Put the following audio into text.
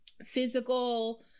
physical